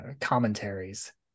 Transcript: commentaries